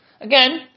Again